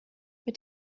mit